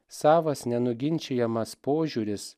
savas nenuginčijamas požiūris